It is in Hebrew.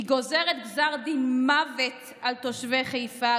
היא גוזרת גזר דין מוות על תושבי חיפה,